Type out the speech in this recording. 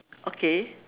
okay